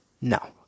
No